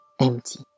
empty